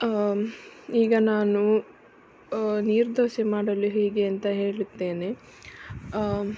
ಈಗ ನಾನು ನೀರ್ದೋಸೆ ಮಾಡಲು ಹೇಗೆ ಅಂತ ಹೇಳುತ್ತೇನೆ